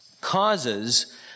causes